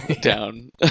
down